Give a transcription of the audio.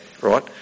right